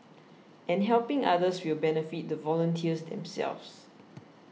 and helping others will benefit the volunteers themselves